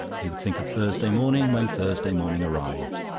he would think of thursday morning when thursday morning arrived.